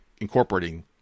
incorporating